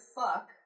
fuck